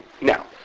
Now